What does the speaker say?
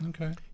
Okay